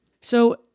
So-